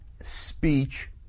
speech